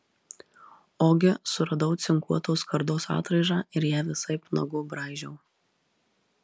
ogi suradau cinkuotos skardos atraižą ir ją visaip nagu braižiau